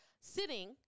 sitting